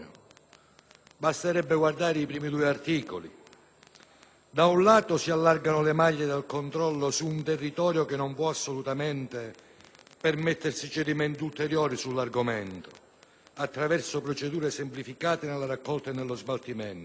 Basterebbe guardare i primi due articoli. Da un lato si allargano le maglie del controllo su un territorio che non può assolutamente permettersi cedimenti ulteriori sull'argomento attraverso procedure semplificate nella raccolta e nello smaltimento,